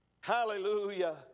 Hallelujah